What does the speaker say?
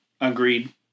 Agreed